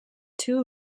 two